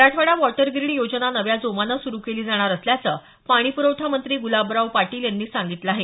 Marathwada water grid योजना नव्या जोमानं सुरू केली जाणार असल्याचं पाणी पुरवठा मंत्री गुलाबराव पाटील यांनी सांगितलं आहे